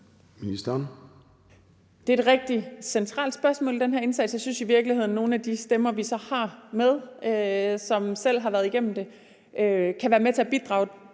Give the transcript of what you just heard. Det er et rigtig centralt spørgsmål i den her indsats. Jeg synes i virkeligheden, at nogle af de stemmer, vi så har med, og som selv har været igennem det, kan være med til at bidrage